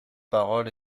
parole